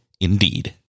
Indeed